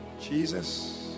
Jesus